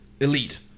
elite